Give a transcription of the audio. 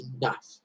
enough